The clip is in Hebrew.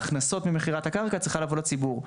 ההכנסות ממכירת הקרקע צריכה לבוא לציבור.